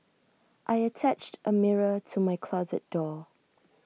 I attached A mirror to my closet door